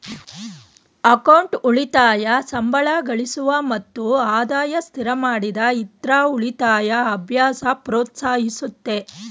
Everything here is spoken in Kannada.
ಅಕೌಂಟ್ ಉಳಿತಾಯ ಸಂಬಳಗಳಿಸುವ ಮತ್ತು ಆದಾಯ ಸ್ಥಿರಮಾಡಿದ ಇತ್ರ ಉಳಿತಾಯ ಅಭ್ಯಾಸ ಪ್ರೋತ್ಸಾಹಿಸುತ್ತೆ